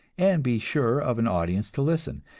and be sure of an audience to listen,